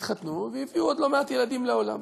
התחתנו והביאו עוד לא מעט ילדים לעולם.